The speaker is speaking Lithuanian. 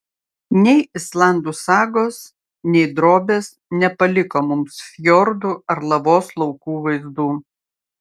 nei islandų sagos nei drobės nepaliko mums fjordų ar lavos laukų vaizdų